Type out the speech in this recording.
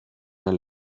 del